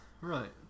Right